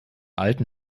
alten